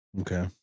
Okay